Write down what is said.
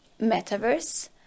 metaverse